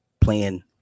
playing